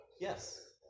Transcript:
Yes